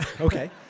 Okay